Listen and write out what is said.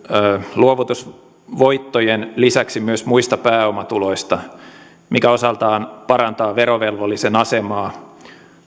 luovutusvoittojen lisäksi myös muista pääomatuloista mikä osaltaan parantaa verovelvollisen asemaa